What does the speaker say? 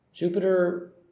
Jupiter